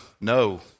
no